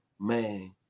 man